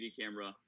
camera